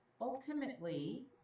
ultimately